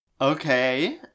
Okay